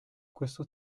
questo